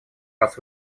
раз